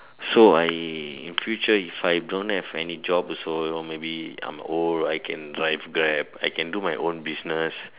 so I in future if I don't have any job so maybe I'm old I can drive Grab I can do my own business